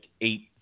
eight